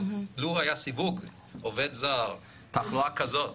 לו היה סיווג, של עובד זר ותחלואה כזאת,